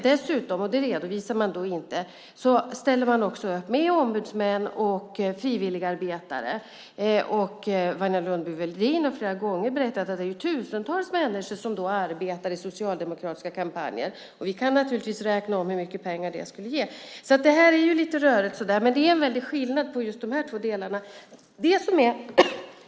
Dessutom - detta redovisas inte - ställer man upp med ombudsmän och frivilligarbetare. Wanja Lundby-Wedin har flera gånger berättat att tusentals människor arbetar i socialdemokratiska kampanjer. Vi kan naturligtvis räkna om det i hur mycket pengar detta ger. Det här är alltså lite rörigt. Men det är en väldig skillnad när det gäller just de här två delarna.